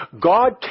God